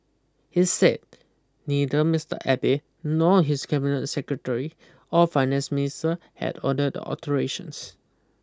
he said neither Mister Abe nor his cabinet secretary or finance minister had ordered alterations